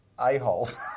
a-holes